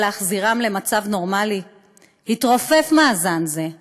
להחזירם למצב הנורמלי התרופף מאזן זה,